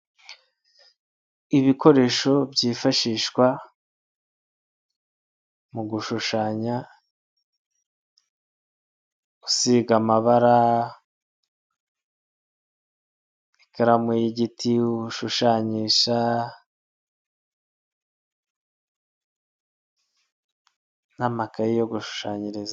Ibikoresho byifashishwa mu gushushanya usiga amabara, ikaramu y'igiti ushushanyisha, n'amakayi yo gushushanyirizaho.